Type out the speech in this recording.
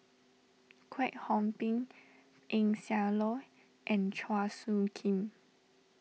Kwek Hong Png Eng Siak Loy and Chua Soo Khim